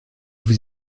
vous